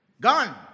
Gone